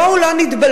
בואו לא נתבלבל,